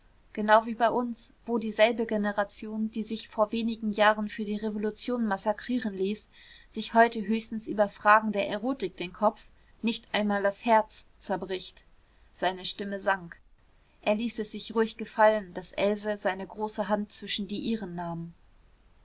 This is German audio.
genau wie bei uns wo dieselbe generation die sich vor wenigen jahren für die revolution massakrieren ließ sich heute höchstens über fragen der erotik den kopf nicht einmal das herz zerbricht seine stimme sank er ließ es sich ruhig gefallen daß else seine große hand zwischen die ihren nahm